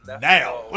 Now